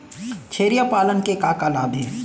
छेरिया पालन के का का लाभ हे?